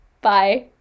Bye